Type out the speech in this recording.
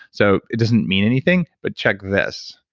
so, it doesn't mean anything, but check this.